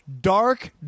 dark